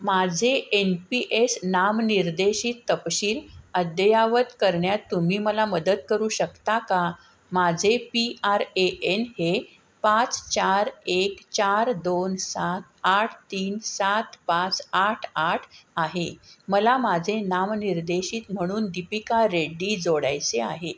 माझे N P S नाम निर्देशीत तपशील अद्ययावत करण्यात तुम्ही मला मदत करू शकता का माझे पी आर ए एन हे पाच चार एक चार दोन सात आठ तीन सात पाच आठ आठ आहे मला माझे नाम निर्देशित म्हणून दिपिका रेड्डी जोडायचे आहे